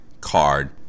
card